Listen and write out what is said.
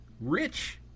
Rich